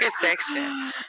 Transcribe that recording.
section